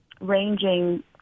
ranging